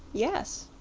yes.